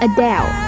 Adele